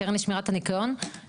הקרן לשמירת הניקיון,